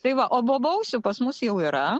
tai va o bobausių pas mus jau yra